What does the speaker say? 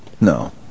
No